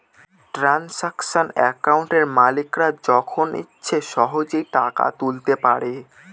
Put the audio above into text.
transaction একাউন্টে মালিকরা যখন ইচ্ছে সহেজে টাকা তুলতে পারে